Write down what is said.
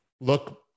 look